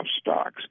stocks